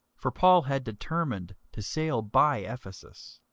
for paul had determined to sail by ephesus,